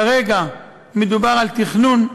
כרגע מדובר על תכנון,